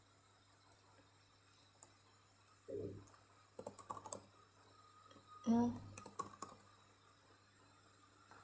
mm